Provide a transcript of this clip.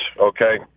Okay